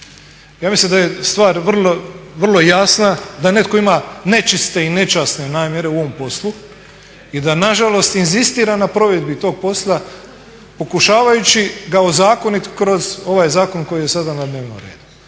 Ja mislim da je stvar vrlo, vrlo jasna, da netko ima nečiste i nečasne namjere u ovom poslu i da na žalost inzistira na provedbi tog posla pokušavajući ga ozakoniti kroz ovaj zakon koji je sada na dnevnom redu.